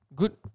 good